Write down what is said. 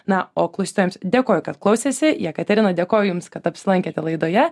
na o klausytojams dėkoju kad klausėsi jekaterina dėkoju jums kad apsilankėte laidoje